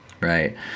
right